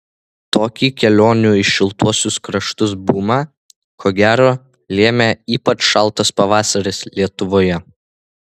tokį kelionių į šiltuosius kraštus bumą ko gero lėmė ypač šaltas pavasaris lietuvoje